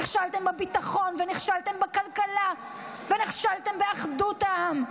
נכשלתם בביטחון ונכשלתם בכלכלה ונכשלתם באחדות העם.